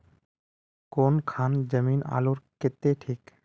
कौन खान जमीन आलूर केते ठिक?